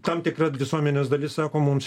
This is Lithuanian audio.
tam tikra visuomenės dalis sako mums